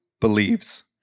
believes